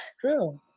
True